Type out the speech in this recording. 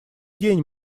день